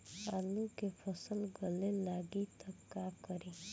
आलू के फ़सल गले लागी त का करी?